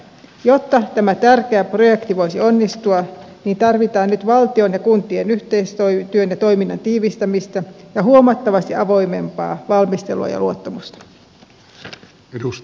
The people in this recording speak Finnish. jotta tämä tärkeä projekti voisi onnistua tarvitaan nyt valtion ja kuntien yhteistyön ja toiminnan tiivistämistä ja huomattavasti avoimempaa valmistelua ja luottamusta